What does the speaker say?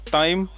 time